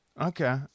Okay